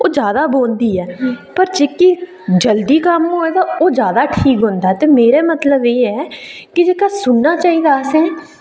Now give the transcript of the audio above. ओह् जैदा बौंह्दी ऐ पर जेहकी जल्दी कम्म होऐ ते ओह् जैदा ठीक होंदा ऐ ते मेरा मतलब एह् ऐ कि जेहका सुनना चाहिदा असें